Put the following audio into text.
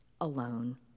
alone